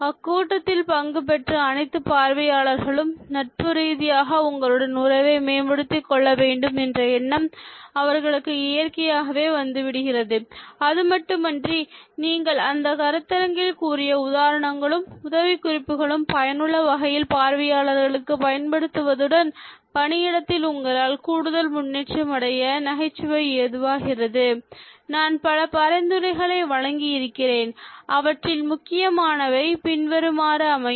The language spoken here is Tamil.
அக் கூட்டத்தில் பங்குபெற்ற அனைத்து பார்வையாளர்களும் நட்பு ரீதியாக உங்களுடன் உறவை மேம்படுத்திக் கொள்ள வேண்டும் என்ற எண்ணம் அவர்களுக்கு இயற்கையாகவே வந்துவிடுகிறது அதுமட்டுமின்றி நீங்கள் அந்த கருத்தரங்கில் கூறிய உதாரணங்களும் உதவிக் குறிப்புகளும் பயனுள்ள வகையில் பார்வையாளர்களுக்கு பயன்படுவதுடன் பணியிடத்தில் உங்களால் கூடுதல் முன்னேற்றமடைய நகைச்சுவை ஏதுவாகிறது நான் பல பரிந்துரைகளை வழங்கி இருக்கிறேன் அவற்றில் முக்கியமானவை பின்வருமாறு அமையும்